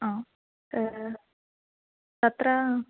आ तत्र